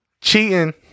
cheating